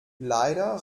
leider